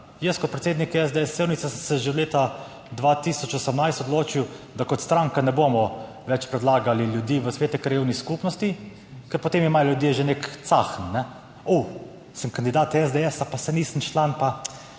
jaz kot predsednik SDS Sevnica sem se že leta 2018 odločil, da kot stranka ne bomo več predlagali ljudi v svete krajevnih skupnosti, ker potem imajo ljudje že nek cahn: oh, sem kandidat SDS, pa saj nisem član